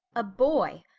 a boy!